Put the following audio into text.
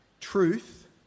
truth